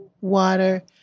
water